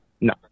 No